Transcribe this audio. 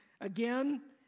again